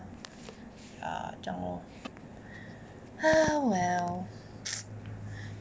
ah 这样 lor well well